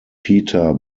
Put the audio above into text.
peter